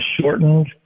shortened